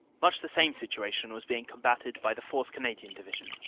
luch the same situation was being combatted by the fourth. canadian division,